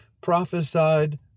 prophesied